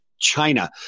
China